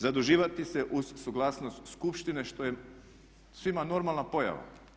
Zaduživati se uz suglasnost skupštine što je svima normalna pojava.